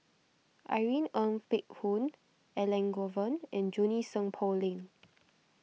Irene Ng Phek Hoong Elangovan and Junie Sng Poh Leng